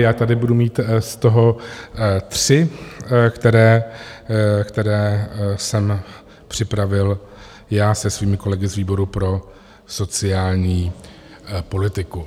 Já tady budu mít z toho tři, které jsem připravil já se svými kolegy z výboru pro sociální politiku.